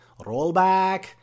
rollback